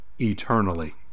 eternally